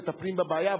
מטפלים בבעיה,